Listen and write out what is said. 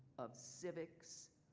of civics,